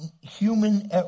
human